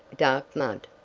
dark mud.